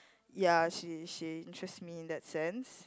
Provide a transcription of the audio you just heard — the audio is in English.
ya she she interests me in that sense